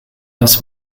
das